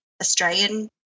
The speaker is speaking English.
Australian